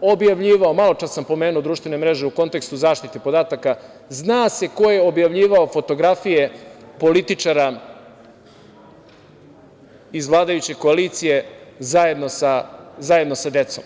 objavljivao, maločas sam pomenuo društvene mreže u kontekstu zaštite podataka, zna se ko je objavljivao fotografije političara iz vladajuće koalicije zajedno sa decom.